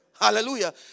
Hallelujah